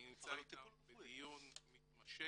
אני נמצא איתם בדיון מתמשך,